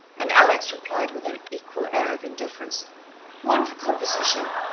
and alex replied with an equal air of indifference one for composition,